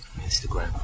Instagram